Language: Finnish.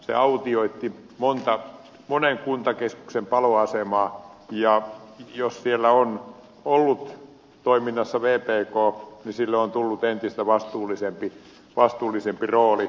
se autioitti monen kuntakeskuksen paloasemia ja jos kuntakeskuksella on ollut toiminnassa vpk niin sille on tullut entistä vastuullisempi rooli